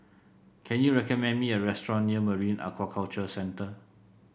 can you recommend me a restaurant near Marine Aquaculture Centre